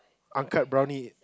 Angkat brownie